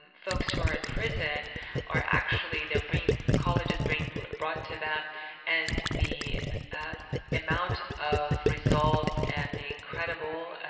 folks who are in prison or actually they're being colleges bring brought to them and the amount of results and the incredible